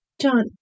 John